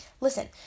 listen